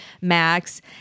Max